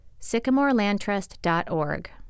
sycamorelandtrust.org